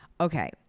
Okay